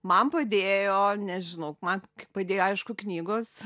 man padėjo nežinau man padėjo aišku knygos